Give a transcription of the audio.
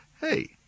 Hey